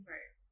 Right